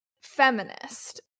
feminist